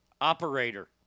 Operator